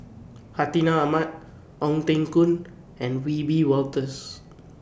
Hartinah Ahmad Ong Teng Koon and Wiebe Wolters